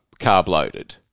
carb-loaded